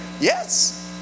yes